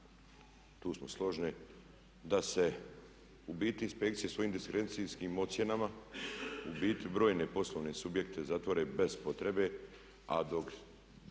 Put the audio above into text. tu smo složni da se u biti inspekcije svojim diskrecijskim ocjenama u biti brojne poslovne subjekte zatvore bez potrebe, a dok